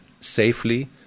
safely